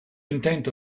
intento